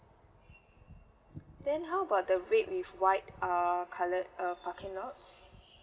then how about the red with white uh coloured uh parking lots